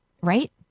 Right